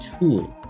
tool